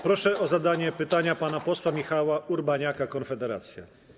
Proszę o zadanie pytania pana posła Michała Urbaniaka, Konfederacja.